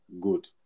good